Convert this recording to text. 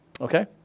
Okay